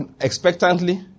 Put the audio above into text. expectantly